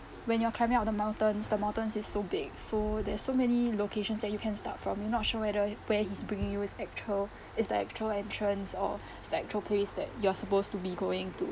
when you're climbing up the mountains the mountain is so big so there's so many locations that you can start from you're not sure whether where he's bringing you is actual is the actual entrance or like to a place that you're supposed to be going to